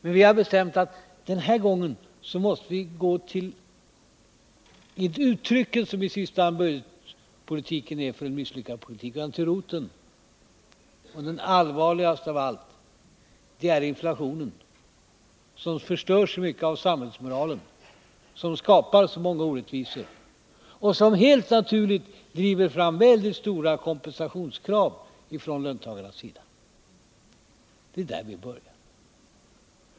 Men vi har bestämt oss för att den här gången kan vi inte bara se budgetpolitiken som i sista hand uttryck för en misslyckad politik, utan vi måste gå till roten med det allvarligaste av allt — inflationen som förstör så mycket av samhällsmoralen, som skapar så många orättvisor och som helt naturligt driver fram väldigt stora kompensationskrav från löntagarnas sida. Det är där vi börjar.